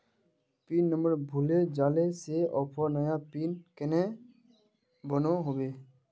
Pin number भूले जाले से ऑफर नया पिन कन्हे बनो होबे?